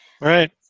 Right